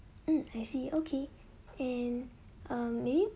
mm I see okay and um may be